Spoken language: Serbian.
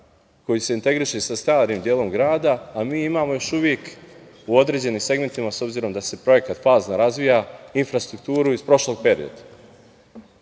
koji se integriše sa starim delom grada, a mi imamo još uvek u određenim segmentima, s obzirom da se projekat fazno razvija, infrastrukturu iz prošlog perioda.